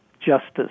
justice